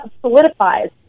solidifies